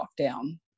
lockdown